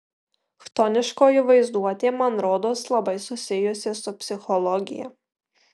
chtoniškoji vaizduotė man rodos labai susijusi su psichologija